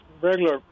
regular